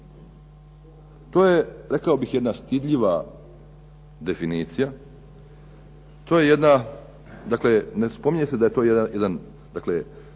To je, rekao bih, jedna stidljiva definicija. To je jedna, dakle ne spominje se da je to jedan, dakle